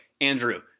Andrew